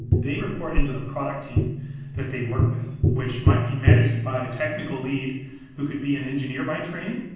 they report into the product team that they work with, which might be managed by a technical lead who could be an engineer by training,